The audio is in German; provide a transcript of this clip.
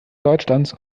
deutschlands